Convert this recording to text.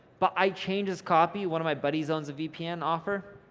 but i changed this copy, one of my buddies owns a vpn offer,